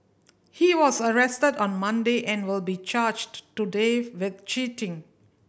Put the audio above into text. he was arrested on Monday and will be charged today with cheating